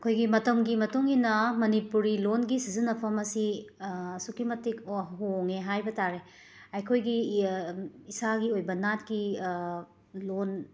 ꯑꯩꯈꯣꯏꯒꯤ ꯃꯇꯝꯒꯤ ꯃꯇꯨꯡ ꯏꯟꯅ ꯃꯅꯤꯄꯨꯔꯤ ꯂꯣꯟꯒꯤ ꯁꯤꯖꯤꯟꯅꯐꯝ ꯑꯁꯤ ꯑꯁꯨꯛꯀꯤ ꯃꯇꯤꯛ ꯍꯣꯡꯉꯦ ꯍꯥꯏꯕ ꯇꯥꯔꯦ ꯑꯩꯈꯣꯏꯒꯤ ꯏꯁꯥꯒꯤ ꯑꯣꯏꯕ ꯅꯥꯠꯀꯤ ꯂꯣꯟ